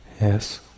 Yes